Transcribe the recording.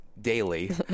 daily